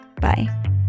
bye